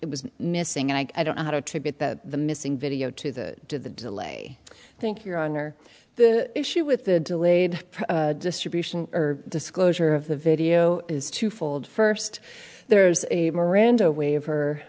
it was missing and i don't know how to attribute that the missing video to the delay i think your honor the issue with the delayed distribution or disclosure of the video is twofold first there's a miranda wa